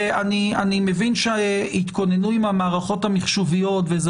ואני מבין שהתכוננו עם המערכות המחשוביות וזה